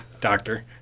Doctor